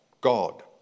God